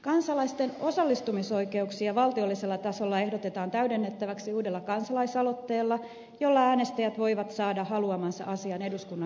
kansalaisten osallistumisoikeuksia valtiollisella tasolla ehdotetaan täydennettäväksi uudella kansalaisaloitteella jolla äänestäjät voivat saada haluamansa asian eduskunnan käsiteltäväksi